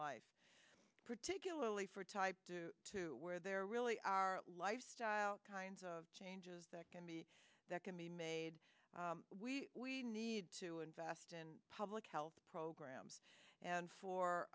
life particularly for type due to where there really are lifestyle kinds of changes that can be that can be made we we need to invest in public health programs and